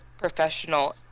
professional